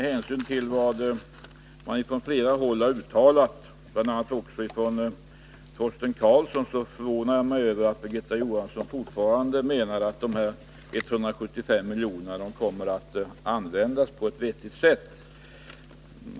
Fru talman! Med hänsyn till vad många har uttalat, bl.a. också Torsten Karlsson, förvånar jag mig över att Birgitta Johansson fortfarande menar att de här 175 miljonerna kommer att användas på ett vettigt sätt.